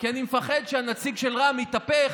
כי אני מפחד שהנציג של רע"מ יתהפך,